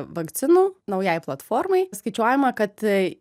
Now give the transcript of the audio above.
vakcinų naujai platformai skaičiuojama kad